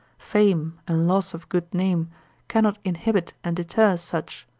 fame and loss of good name cannot inhibit and deter such,